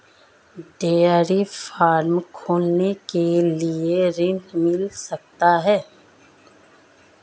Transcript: Dairy farm खोलने के लिए ऋण मिल सकता है?